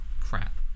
Crap